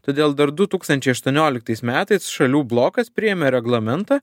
todėl dar du tūkstančiai aštuonioliktais metais šalių blokas priėmė reglamentą